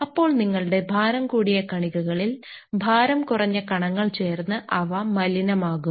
അപ്പോൾ നിങ്ങളുടെ ഭാരം കൂടിയ കണികകകളിൽ ഭാരം കുറഞ്ഞ കണങ്ങൾ ചേർന്ന് അവ മലിനമാകും